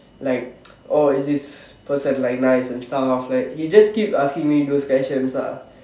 like oh is this person like nice and stuff like he just keep asking me those questions ah